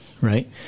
right